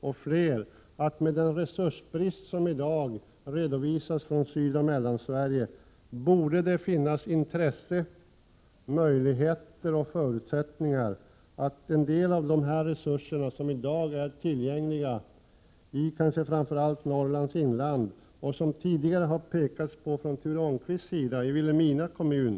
Med tanke på den resursbrist som i dag redovisas från Sydoch Mellansverige borde det finnas intresse, möjligheter och förutsättningar att utnyttja en del av de resurser som i dag är tillgängliga i kanske framför allt Norrlands inland. Ture Ångqvist har pekat på Stensele mekaniska verkstad i Vilhelmina kommun.